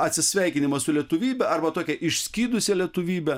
atsisveikinimą su lietuvybe arba tokia išskydusia lietuvybe